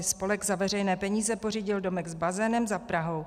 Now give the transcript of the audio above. Spolek za veřejné peníze pořídil domek s bazénem za Prahou.